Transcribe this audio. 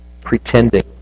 pretending